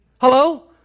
Hello